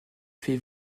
fait